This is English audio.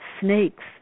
Snakes